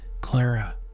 Clara